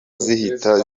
zihita